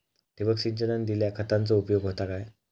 ठिबक सिंचनान दिल्या खतांचो उपयोग होता काय?